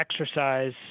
exercise